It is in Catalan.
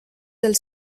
els